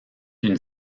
une